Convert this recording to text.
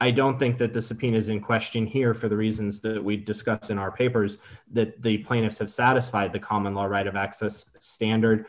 i don't think that the subpoenas in question here for the reasons that we discuss in our papers that the plaintiffs have satisfied the common law right of access standard